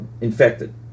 infected